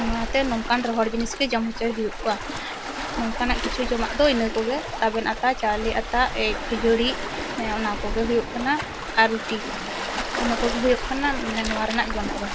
ᱱᱚᱣᱟ ᱛᱮ ᱱᱚᱝᱠᱟᱱ ᱨᱚᱦᱚᱲ ᱡᱤᱱᱤᱥ ᱜᱮ ᱡᱚᱢ ᱦᱚᱪᱚ ᱦᱩᱭ ᱠᱚᱣᱟ ᱱᱚᱝᱠᱟᱱᱟᱜ ᱠᱤᱪᱷᱩ ᱡᱚᱢᱟᱜ ᱠᱚ ᱫᱚ ᱤᱱᱟᱹ ᱠᱚᱜᱮ ᱛᱟᱵᱮᱱ ᱟᱛᱟ ᱪᱟᱣᱞᱮ ᱟᱛᱟ ᱮᱭ ᱠᱷᱟᱹᱡᱟᱹᱲᱤ ᱚᱱᱟ ᱠᱚᱜᱮ ᱦᱩᱭᱩᱜ ᱠᱟᱱᱟ ᱟᱨ ᱨᱩᱴᱤ ᱚᱱᱟ ᱠᱚᱜᱮ ᱦᱩᱭᱩᱜ ᱠᱟᱱᱟ ᱢᱟᱱᱮ ᱱᱚᱣᱟ ᱨᱮᱱᱟᱜ ᱡᱚᱢ ᱠᱚᱫᱚ